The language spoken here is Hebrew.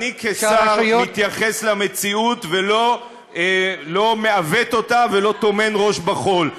אני כשר מתייחס למציאות ולא מעוות אותה ולא טומן ראש בחול.